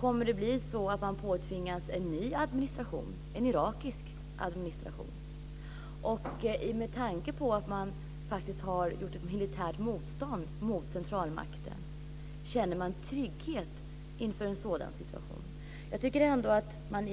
Kommer det att bli så att man påtvingas en ny administration, en irakisk administration? I och med att man faktiskt har gjort militärt motstånd mot centralmakten, känner man trygghet inför en sådan situation? Jag tycker ändå att kurderna